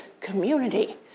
community